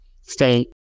State